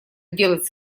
делать